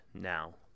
now